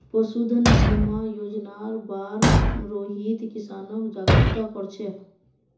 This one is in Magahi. पशुधन बीमा योजनार बार रोहित किसानक जागरूक कर छेक